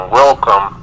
welcome